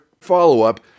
follow-up